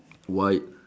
white